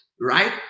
right